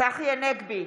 צחי הנגבי,